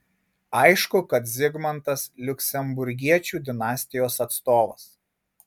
aišku kad zigmantas liuksemburgiečių dinastijos atstovas